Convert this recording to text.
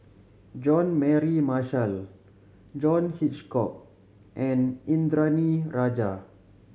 Jean Mary Marshall John Hitchcock and Indranee Rajah